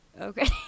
Okay